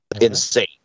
insane